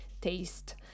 taste